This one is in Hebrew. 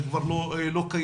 זה כבר לא קיים.